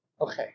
Okay